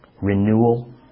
Renewal